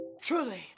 Truly